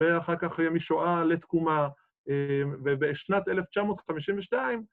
‫ואחר כך יהיה משואה לתקומה ‫בשנת 1952.